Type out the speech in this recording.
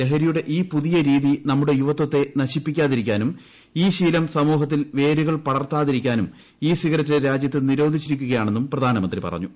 ലഹരിയുടെ ഈ പുതിയ രീതി നമ്മുടെ യുവത്വത്തെ നശിപ്പിക്കാതിരിക്കാനും ഈ ശീലം സമൂഹത്തിൽ സിഗരറ്റ് വേരുകൾ പടർത്താതിരിക്കാനും ഇ രാജ്യത്ത് നിരോധിച്ചിരിക്കുകയാണെന്നും പ്രധാനമന്ത്രി പറഞ്ഞു